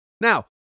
Now